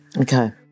okay